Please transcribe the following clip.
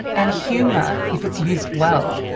and humour, if it's used well,